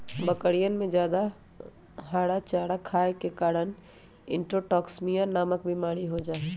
बकरियन में जादा हरा चारा खाये के कारण इंट्रोटॉक्सिमिया नामक बिमारी हो जाहई